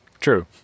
True